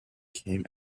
came